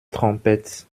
trompette